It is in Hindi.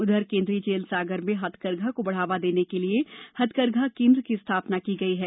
उधर केंद्रीय जेल सागर में हथकरघा को बढ़ावा देने के लिए हथकरघा केंद्र की स्थापना की गई है